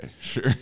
sure